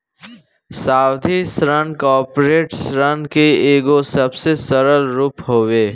सावधि ऋण कॉर्पोरेट ऋण के एगो सबसे सरल रूप हवे